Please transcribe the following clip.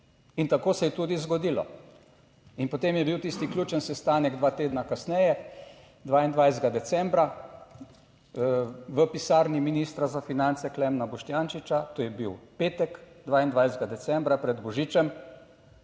In tako se je tudi zgodilo. In potem je bil tisti ključen sestanek dva tedna kasneje, 22. decembra, v pisarni ministra za finance Klemna Boštjančiča, to je bil petek 22. decembra pred božičem,